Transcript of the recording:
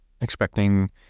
expecting